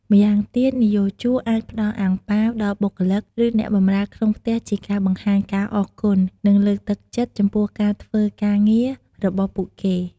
ម្យ៉ាងទៀតនិយោជក អាចផ្ដល់អាំងប៉ាវដល់បុគ្គលិក ឬអ្នកបម្រើក្នុងផ្ទះជាការបង្ហាញការអរគុណ និងលើកទឹកចិត្តចំពោះការធ្វើការងាររបស់ពួកគេ។